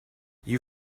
you